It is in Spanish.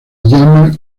llama